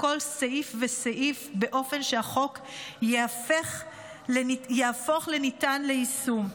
כל סעיף וסעיף באופן שהחוק יהפוך לניתן ליישום,